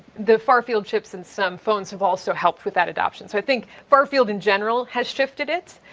the far-field chips in some phones have also helped with that adoption. so i think far-field in general has shifted it,